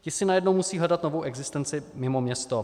Ti si najednou musí hledat novou existenci mimo město.